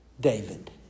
David